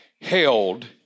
held